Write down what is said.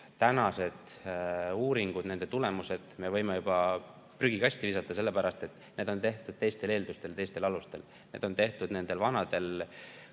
seniste uuringute tulemused me võime juba prügikasti visata, sellepärast et need on tehtud teistel eeldustel, teistel alustel. Need on tehtud, lähtudes vanadest